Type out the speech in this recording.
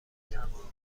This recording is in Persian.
تمامی